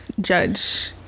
judge